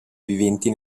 viventi